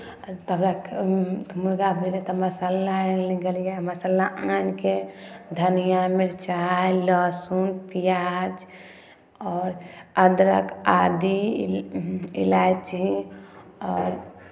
आ तकर बाद मुर्गा भेलै तऽ मसाला आनै लए गेलियै मसाला आनि कऽ धनियाँ मिरचाइ लहसुन प्याज आओर अदरक आदी इलायची आओर